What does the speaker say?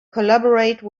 collaborate